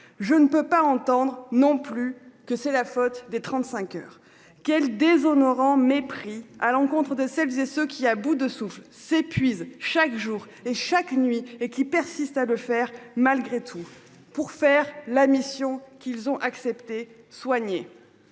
Je ne peux pas entendre non plus que c'est la faute des 35 heures. Quel déshonorant mépris à l'encontre de celles et ceux qui, à bout de souffle s'épuise chaque jour et chaque nuit et qui persiste à le faire malgré tout pour faire la mission qu'ils ont accepté soigner.